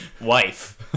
wife